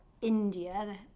India